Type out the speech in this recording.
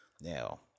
Now